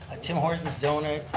a tim horton's donut,